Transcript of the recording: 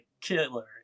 killer